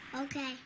Okay